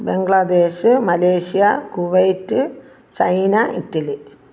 Bangladesh Malaysia Kuwait China Italy